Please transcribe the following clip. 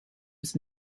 was